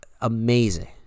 Amazing